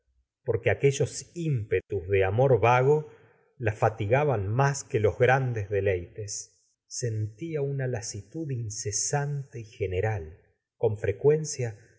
porque aquellos ímpetus de amor vago la fatigaban más que los grandes deleites sentía una lasitud incesante y general con frecuencia